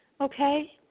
okay